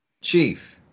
Chief